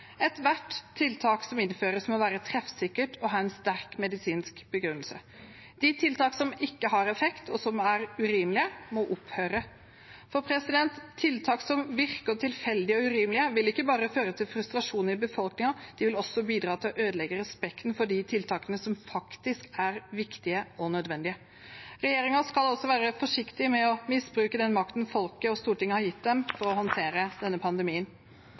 Ethvert tiltak som innføres, må være treffsikkert og ha en sterk medisinsk begrunnelse. De tiltakene som ikke har effekt, og som er urimelige, må opphøre. Tiltak som virker tilfeldige og urimelige, vil ikke bare føre til frustrasjon i befolkningen, de vil også bidra til å ødelegge respekten for de tiltakene som faktisk er viktige og nødvendige. Regjeringen skal altså være forsiktig med å misbruke den makten folket og Stortinget har gitt dem for å håndtere denne pandemien.